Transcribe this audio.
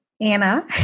Anna